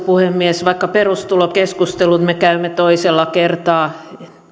puhemies vaikka perustulokeskustelut me käymme toisella kertaa